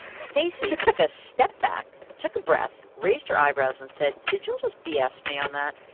stacey took a step back, took a breath, raised her eyebrows and said, did jill just b s. me on that?